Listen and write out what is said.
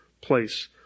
place